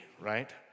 right